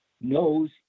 knows